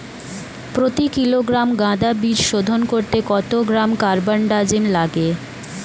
প্রতি কিলোগ্রাম গাঁদা বীজ শোধন করতে কত গ্রাম কারবানডাজিম লাগে?